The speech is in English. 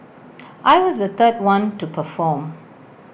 I was the third one to perform